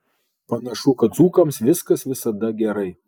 panašu kad dzūkams viskas visada gerai